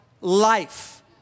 Life